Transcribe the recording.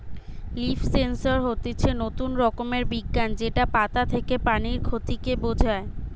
leaf sensor হতিছে নতুন রকমের বিজ্ঞান যেটা পাতা থেকে পানির ক্ষতি কে বোঝায়